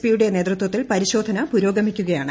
P യുടെ നേതൃത്വത്തിൽ പരിശോധന പുരോഗമിക്കുകയാണ്